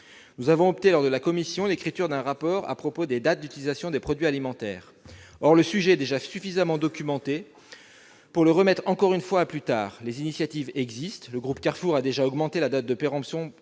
Nous avons adopté en commission une demande de rapport sur les dates d'utilisation des produits alimentaires. Or le sujet est déjà suffisamment documenté pour ne pas le remettre encore une fois à plus tard. Les initiatives existent : le groupe Carrefour a déjà retardé la date de péremption sur près de